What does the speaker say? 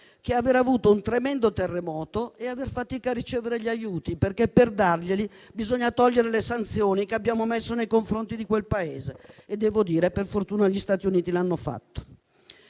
che è un tremendo terremoto e fa fatica a ricevere gli aiuti, perché per darglieli bisogna togliere le sanzioni che abbiamo messo nei confronti di quel Paese e devo dire che per fortuna gli Stati Uniti l'hanno fatto.